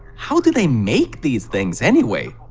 how do they make these things anyway!